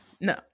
No